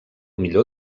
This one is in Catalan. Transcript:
millor